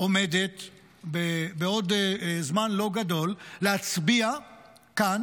עומדת בעוד זמן לא גדול להצביע כאן